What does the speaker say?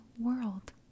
world